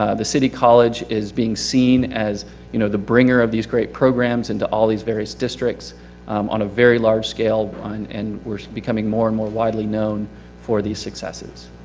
ah the city college is being seen as you know, the bringer of these great programs in to all these various districts on a very large scale on, and we're becoming more and more widely known for these successes.